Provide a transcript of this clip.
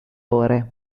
ore